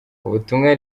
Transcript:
ubutumwa